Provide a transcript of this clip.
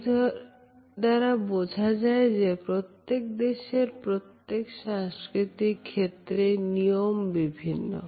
এর দ্বারা বুঝা যায় যে প্রত্যেক দেশের প্রত্যেক সাংস্কৃতিক ক্ষেত্রে নিয়ম বিভিন্ন